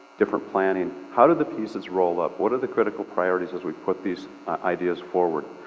different planning, how do the pieces roll up? what are the critical priorities as we put these ideas forward?